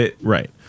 Right